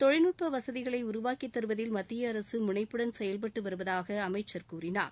தொழில்நுட்ப வசதிகளை உருவாக்கி தருவதில் மத்திய அரசு முனைப்புடன் செயல்பட்டு வருவதாக அமைச்சர் கூறினார்